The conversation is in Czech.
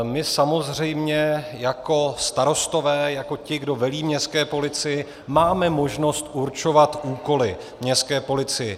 My samozřejmě jako starostové, jako ti, kdo velí městské policii, máme možnost určovat úkoly městské policii.